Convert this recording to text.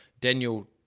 daniel